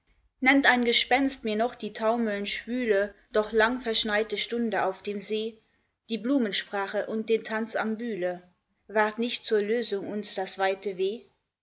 nennt ein gespenst mir noch die taumelnd schwüle doch lang verschneite stunde auf dem see die blumensprache und den tanz am bühle ward nicht zur lösung uns das weite weh